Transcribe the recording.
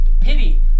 pity